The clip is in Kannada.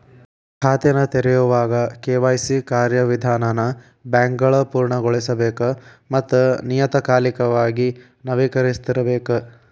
ಖಾತೆನ ತೆರೆಯೋವಾಗ ಕೆ.ವಾಯ್.ಸಿ ಕಾರ್ಯವಿಧಾನನ ಬ್ಯಾಂಕ್ಗಳ ಪೂರ್ಣಗೊಳಿಸಬೇಕ ಮತ್ತ ನಿಯತಕಾಲಿಕವಾಗಿ ನವೇಕರಿಸ್ತಿರಬೇಕ